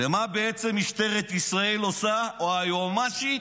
ומה בעצם משטרת ישראל עושה, או היועמ"שית?